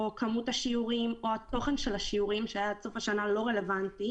או כמות השיעורים או התוכן של השיעורים שעד סוף השנה לא רלוונטי